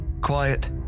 Quiet